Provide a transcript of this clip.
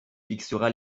fixera